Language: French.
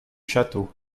château